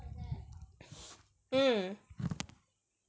mm